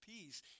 peace